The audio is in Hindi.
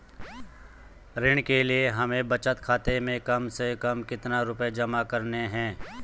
ऋण के लिए हमें बचत खाते में कम से कम कितना रुपये जमा रखने हैं?